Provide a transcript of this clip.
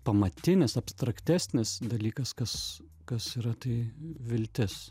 pamatinis abstraktesnis dalykas kas kas yra tai viltis